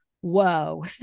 whoa